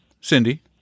Cindy